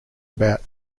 about